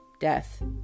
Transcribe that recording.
Death